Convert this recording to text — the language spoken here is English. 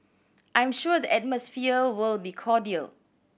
I'm sure the atmosphere will be cordial